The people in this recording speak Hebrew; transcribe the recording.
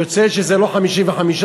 יוצא שזה לא 55%,